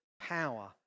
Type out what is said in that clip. power